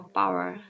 power